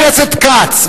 חבר הכנסת כץ,